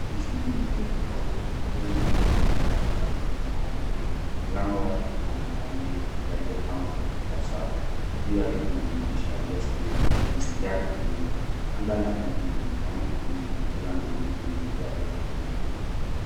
Msikiti mrefu mweupe ukiwa na kuba mbili za dhahabu na minara miwili mlango wake una matao mengi yaliyopangwa kwa safu, juu yake kuna maandishi yanayosomeka Masjid Munir, anga la bluu linaonekana kwa nyuma likiwa na mawingu meupe yaliyotawanyika.